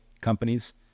companies